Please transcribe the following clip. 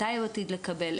מתי הוא עתיד לקבל,